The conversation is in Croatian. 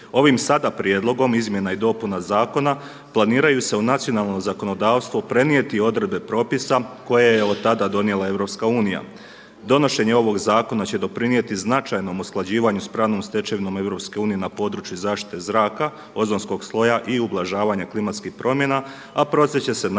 Ovim sada prijedlogom izmjena i dopuna zakona planiraju se u nacionalno zakonodavstvo prenijeti odredbe propise koje je od tada donijela EU. Donošenje ovog zakona će doprinijeti značajnom usklađivanju sa pravnom stečevinom EU na području zaštite zraka, ozonskog sloja i ublažavanja klimatskih promjena, a proces će se nastaviti